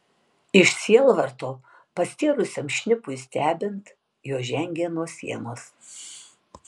iš sielvarto pastėrusiam šnipui stebint jos žengė nuo sienos